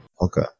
Okay